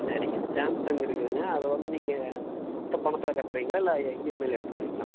சரிங்க சேம்சங் இருக்குதுங்க அதை வந்து நீங்கள் மொத்த பணத்தில் கட்டுறீங்களா இல்லை எ இஎம்ஐயில் எடுத்துக்கிறீங்களா